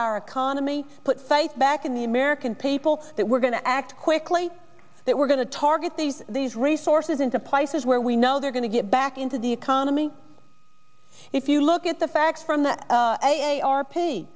our economy put fight back in the american people that we're going to act quickly that we're going to target these these resources into places where we know they're going to get back into the economy if you look at the facts from the